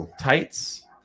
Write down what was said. tights